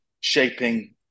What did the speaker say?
shaping